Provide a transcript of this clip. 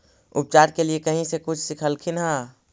उपचार के लीये कहीं से कुछ सिखलखिन हा?